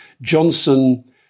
Johnson